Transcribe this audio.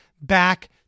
back